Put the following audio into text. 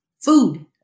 food